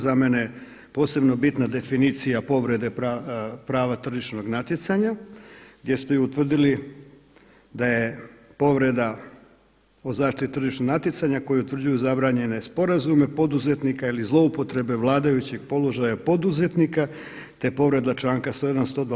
Za mene je posebno bitna definicija povrede prava tržišnog natjecanja gdje se utvrdili da je povreda o zaštiti tržišnog natjecanja koji utvrđuju zabranjene sporazume poduzetnika ili zloupotrebe vladajućeg položaja poduzetnika, te povreda članka 101., 102.